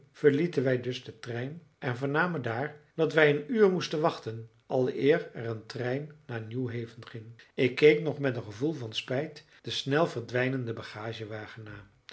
verlieten wij dus den trein en vernamen daar dat wij een uur moesten wachten aleer er een trein naar newhaven ging ik keek nog met een gevoel van spijt den snel verdwijnenden bagagewagen na